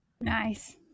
Nice